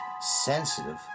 sensitive